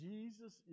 Jesus